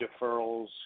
deferrals